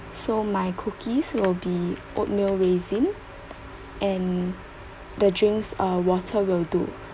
so my cookies will be oatmeal raisin and the drinks uh water will do